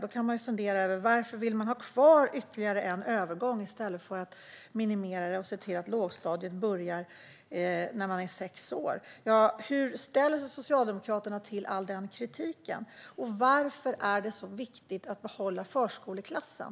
Då funderar jag på varför man vill ha kvar ytterligare en övergång i stället för att minimera dem och se till att lågstadiet börjar när barnen är sex år. Hur ställer sig Socialdemokraterna till all denna kritik, och varför är det så viktigt att behålla förskoleklassen?